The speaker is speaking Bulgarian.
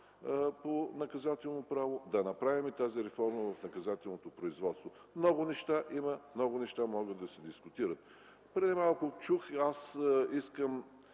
по наказателно право да направим тази реформа в наказателното производство. Има много неща, които могат да се дискутират. Преди малко чух едно